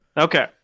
Okay